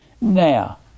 Now